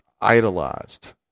idolized